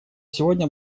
сегодня